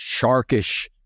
sharkish